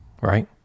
right